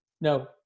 no